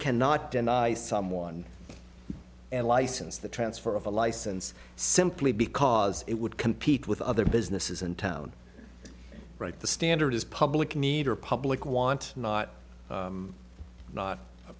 cannot deny someone and license the transfer of a license simply because it would compete with other businesses in town right the standard is public need or public want not not a